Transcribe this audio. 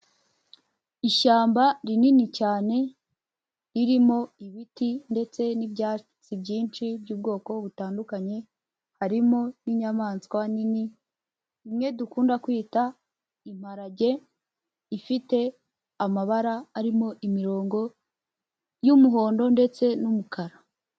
Ishyamba rinini cyane, ririmo ibiti ndetse n'ibyatsi byinshi by'ubwoko butandukanye, harimo n'inyamaswa nini imwe dukunda kwita imparage ifite amabara arimo imirongo y'umuhondo ndetse n'umukara.